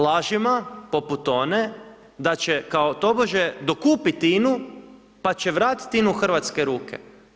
Lažima, poput one, da će tobože, dokupiti INA-u, pa će vratiti INA-u u hrvatske ruke.